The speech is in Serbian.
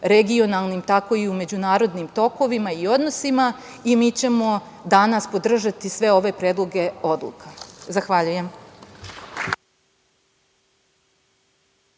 regionalnim, tako i u međunarodnim tokovima i odnosima. Mi ćemo danas podržati sve ove predloge odluka. Zahvaljujem.